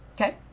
Okay